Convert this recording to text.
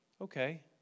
okay